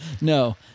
No